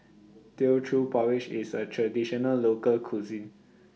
Teochew Porridge IS A Traditional Local Cuisine